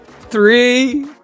Three